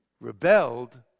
rebelled